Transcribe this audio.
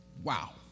Wow